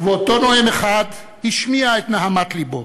ואותו נואם אחד השמיע את נהמת לבו.